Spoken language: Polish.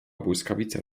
błyskawica